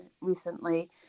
recently